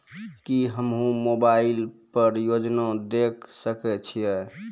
की हम्मे मोबाइल पर योजना देखय सकय छियै?